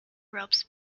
ropes